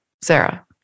Sarah